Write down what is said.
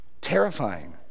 terrifying